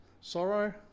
sorrow